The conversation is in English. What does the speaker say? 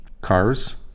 cars